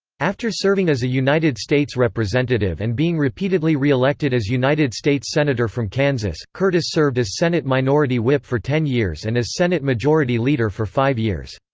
after serving as a united states representative and being repeatedly re-elected as united states senator from kansas, curtis served as senate minority whip for ten years and as senate majority leader for five years.